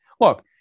Look